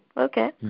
Okay